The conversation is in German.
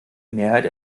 mehrheit